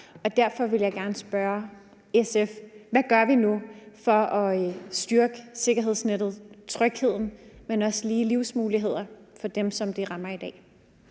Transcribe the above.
og derfor vil jeg gerne spørge SF: Hvad gør vi nu for at styrke sikkerhedsnettet, trygheden og de lige livsmuligheder for dem, som det rammer i dag?